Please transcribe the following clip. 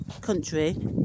country